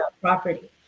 property